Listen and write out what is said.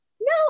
No